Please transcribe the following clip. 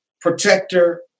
Protector